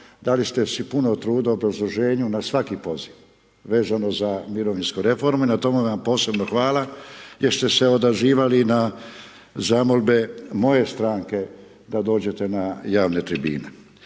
dali ste si puno truda u obrazloženju na svaki poziv, vezano za mirovinsku reformu i na tome vam posebno hvala jer ste se odazivali na zamolbe moje stranke da dođete na javne tribine.